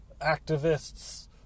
activists